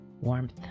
warmth